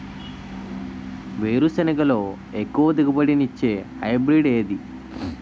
వేరుసెనగ లో ఎక్కువ దిగుబడి నీ ఇచ్చే హైబ్రిడ్ ఏది?